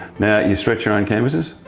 now you stretch your own canvases?